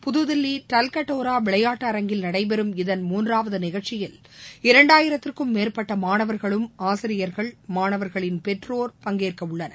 புதுதில்லிகல்கத்தோராவிளையாட்டு அரங்கில் நடைபெறும் இதன் மூன்றாவதுநிகழ்ச்சியில் இரண்டாயிரத்துக்கும் மேற்பட்டமாணவர்களும் ஆசியர்கள் மாணவர்களின் பெற்றோர் பங்கேற்கவுள்ளனர்